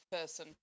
person